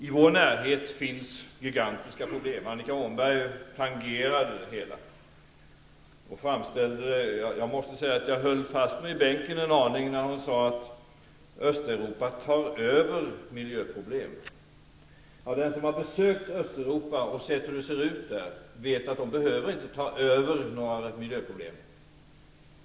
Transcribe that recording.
I vår närhet finns gigantiska problem. Annika Åhnberg tangerade det hela. Jag måste säga att jag höll fast mig i bänken när Annika Åhnberg sade att Östeuropa tar över miljöproblem. Den som har besökt Östeuropa och sett hur det är där vet att Östeuropa inte behöver ta över några miljöproblem.